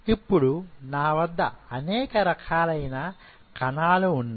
ఇప్పుడు నా వద్ద అనేక రకాలైన కారణాలు ఉన్నాయి